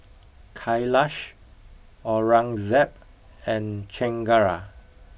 Kailash Aurangzeb and Chengara